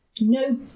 No